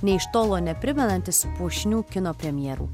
nė iš tolo neprimenantis puošnių kino premjerų